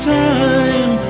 time